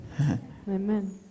Amen